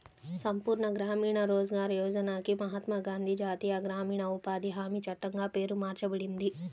సంపూర్ణ గ్రామీణ రోజ్గార్ యోజనకి మహాత్మా గాంధీ జాతీయ గ్రామీణ ఉపాధి హామీ చట్టంగా పేరు మార్చబడింది